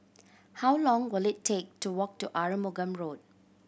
how long will it take to walk to Arumugam Road